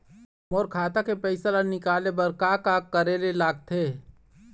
मोर खाता के पैसा ला निकाले बर का का करे ले लगथे?